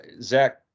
Zach